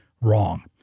wrong